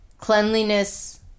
cleanliness